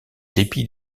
dépit